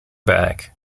back